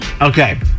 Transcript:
Okay